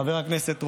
חבר הכנסת רוטמן.